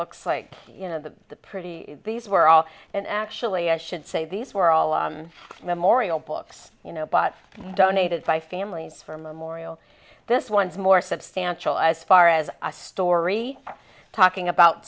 looks like you know the pretty these were all and actually i should say these were all memorial books you know bought donated by families for memorial this one is more substantial as far as a story talking about